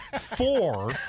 four